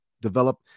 develop